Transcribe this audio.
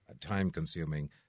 time-consuming